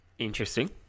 Interesting